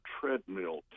treadmill